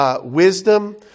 Wisdom